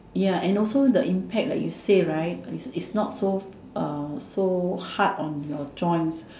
ya and also the impact like you say right is is not so uh so hard on your joints